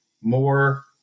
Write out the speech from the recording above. more